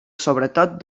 sobretot